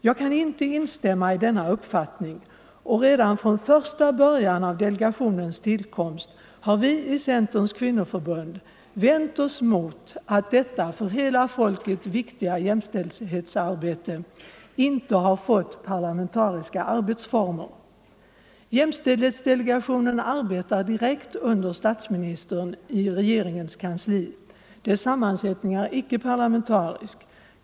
Jag kan inte instämma i denna uppfattning, och redan från delegationens tillkomst har vi i Centerns kvinnoförbund vänt oss mot att detta för hela folket viktiga jämställdhetsarbete inte har fått parlamentariska arbetsformer. Jämställdhetsdelegationen arbetar direkt under statsministerns i regeringens kansli. Dess sammansättning är icke parlamentarisk.